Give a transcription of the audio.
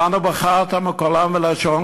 "ובנו בחרת מכל עם ולשון",